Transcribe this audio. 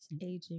aging